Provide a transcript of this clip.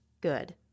good